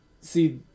See